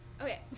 Okay